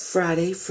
Friday